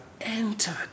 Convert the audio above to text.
entered